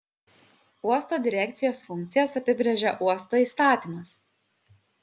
uosto direkcijos funkcijas apibrėžia uosto įstatymas